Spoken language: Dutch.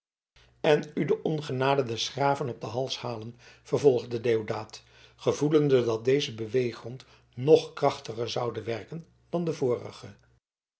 en u de ongenade des graven op den hals halen vervolgde deodaat gevoelende dat deze beweeggrond nog krachtiger zoude werken dan de vorige